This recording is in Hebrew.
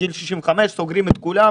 מגיל 65 סוגרים את כולם,